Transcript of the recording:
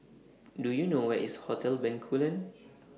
Do YOU know Where IS Hotel Bencoolen